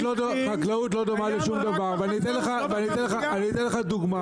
חקלאות לא דומה לשום דבר ואני אתן לך דוגמה,